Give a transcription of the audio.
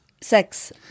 sex